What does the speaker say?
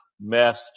messed